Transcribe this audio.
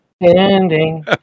ending